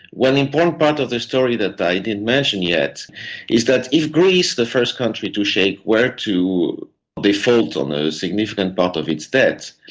one important part of the story that i didn't mention yet is that if greece, the first country to shake, were to default on a significant part of its debt,